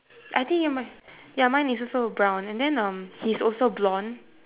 I think you mu~ ya mine is also brown and then um he's also blond